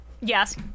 Yes